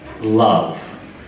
love